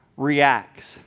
Reacts